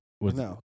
no